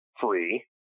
free